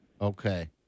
Okay